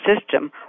system